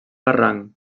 barranc